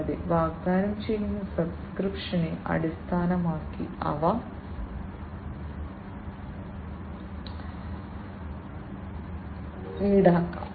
കൂടാതെ വാഗ്ദാനം ചെയ്യുന്ന സബ്സ്ക്രിപ്ഷനെ അടിസ്ഥാനമാക്കി അവ ഈടാക്കാം